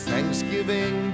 Thanksgiving